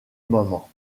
moment